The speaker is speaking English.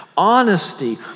honesty